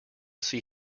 see